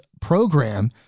program